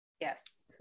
Yes